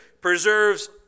preserves